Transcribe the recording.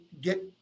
get